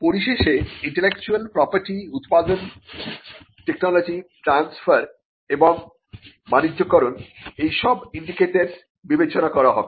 পরিশেষে intellectual property উৎপাদন technology transfer এবং বাণিজ্যকরণ এইসব ইন্ডিকেটরস বিবেচনা করা হবে